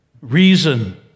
reason